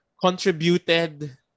contributed